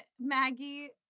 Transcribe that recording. Maggie